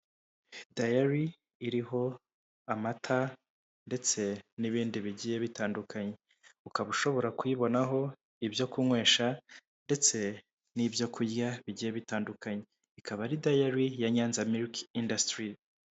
Dayari iriho amata ndetse n'ibindi bigiye bitandukanye, ukaba ushobora kuyibonaho ibyo kunywesha ndetse n'ibyo kurya bigiye bitandukanye, ikaba ari dayari ya nyanza miriki indasituri.